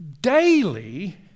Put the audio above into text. daily